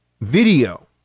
video